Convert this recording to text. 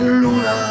luna